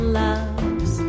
loves